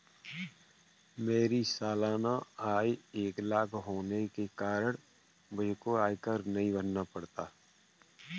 मेरी सालाना आय एक लाख होने के कारण मुझको आयकर नहीं भरना पड़ता